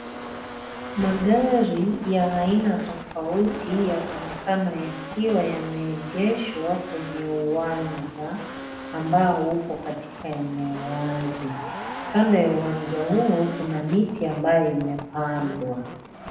Magari ya aina tofauti yanaonekana yakiwa yameegeshwa kwenye uwanja, ambao upo katika eneo wazi. Kando ya uwanja huo, kuna miti ambayo imepandwa.